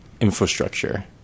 infrastructure